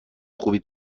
خوبی